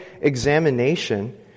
examination